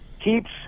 keeps